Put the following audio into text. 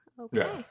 Okay